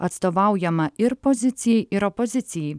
atstovaujama ir pozicijai ir opozicijai